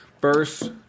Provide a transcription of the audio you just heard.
first